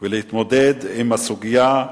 להתמודד עם הסוגיה,